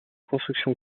construction